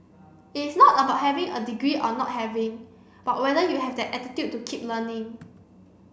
it's not about having a degree or not having but whether you have that attitude to keep learning